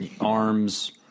arms